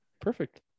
Perfect